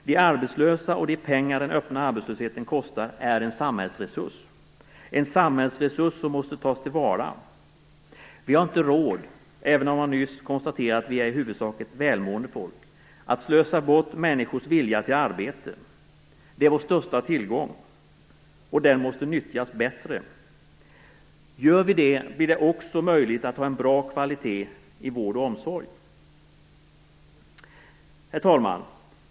De arbetslösa och de pengar den öppna arbetslösheten kostar är en samhällsresurs - en samhällsresurs som måste tas till vara. Vi har inte råd, även om jag nyss konstaterade att vi i huvudsak är ett välmående folk, att slösa bort människors vilja till arbete. Den är vår största tillgång, och den måste nyttjas bättre. Gör vi det blir det också möjligt att ha en bra kvalitet i vård och omsorg. Herr talman!